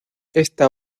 esta